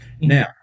Now